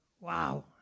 Wow